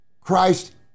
Christ